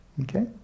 Okay